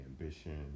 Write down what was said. ambition